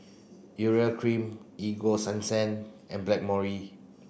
urea cream Ego Sunsense and Blackmores